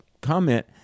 comment